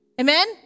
Amen